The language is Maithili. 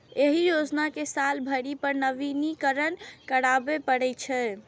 एहि योजना कें साल भरि पर नवीनीकरण कराबै पड़ै छै